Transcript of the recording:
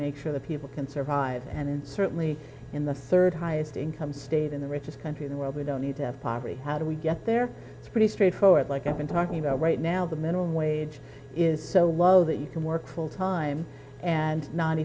make sure that people can survive and certainly in the third highest income state in the richest country in the world we don't need to have poverty how do we get there pretty straightforward like i've been talking about right now the minimum wage is so low that you can work full time and not